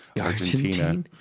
Argentina